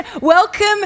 welcome